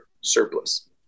surplus